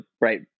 right